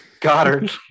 Goddard